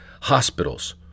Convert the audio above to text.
Hospitals